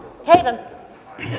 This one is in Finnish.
heidän